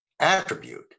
attribute